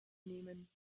nehmen